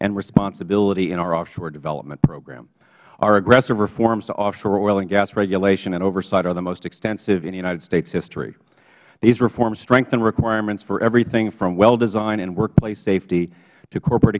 and responsibility in our offshore development program our aggressive reforms to offshore oil and gas regulation and oversight are the most extensive in united states history these reforms strengthen requirements for everything from well design and workplace safety to corporate